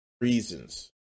reasons